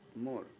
more